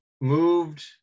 moved